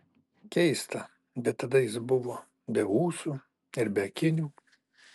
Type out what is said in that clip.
keista bet tada jis buvo be ūsų ir be akinių